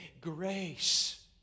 grace